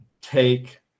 take